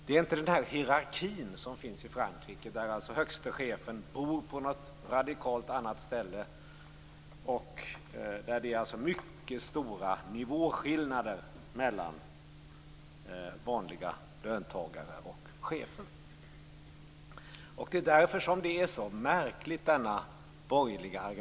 Det är inte den hierarki som finns i Frankrike där högste chefen bor på ett radikalt annat ställe och där det är mycket stora nivåskillnader mellan vanliga löntagare och chefer. Det är därför som den borgerliga argumentationen är så märklig.